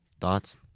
Thoughts